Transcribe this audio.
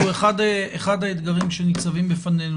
אחד האתגרים שניצבים בפנינו,